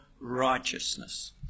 righteousness